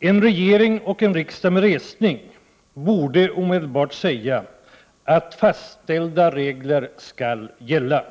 En regering och en riksdag med resning borde omedelbart säga att fastlagda regler gäller.